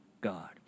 God